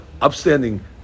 upstanding